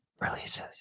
releases